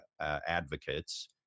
advocates